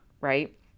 Right